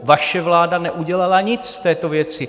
Vaše vláda neudělala nic v této věci.